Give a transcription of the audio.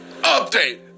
Update